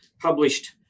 published